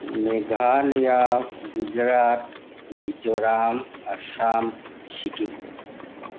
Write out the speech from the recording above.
Meghalaya Gujarat Mizoram Assam Sikkim